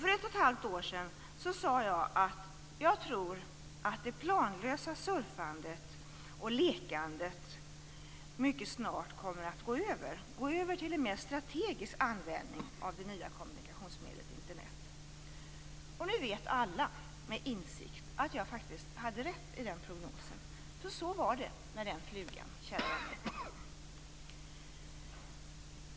För ett och ett halvt år sedan sade jag att det planlösa surfandet och lekandet mycket snart kommer att gå över till en mer strategisk användning av det nya kommunikationsmedlet Internet. Nu vet alla med insikt att jag faktiskt hade rätt i den prognosen. Så var det med den flugan, kära vänner!